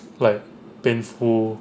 like painful